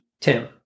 Tim